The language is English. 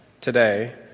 today